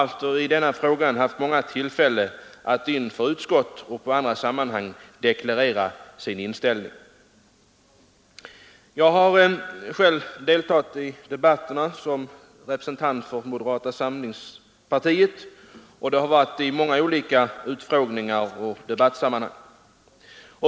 Opinionen i denna fråga har alltså haft många tillfällen att inför utskott och andra församlingar deklarera sin inställning. Jag har själv, som representant för moderata samlingspartiet, deltagit i många olika utfrågningar och debatter.